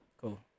Cool